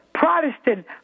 Protestant